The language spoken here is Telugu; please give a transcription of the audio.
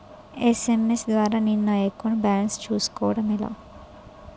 ఎస్.ఎం.ఎస్ ద్వారా నేను నా అకౌంట్ బాలన్స్ చూసుకోవడం ఎలా?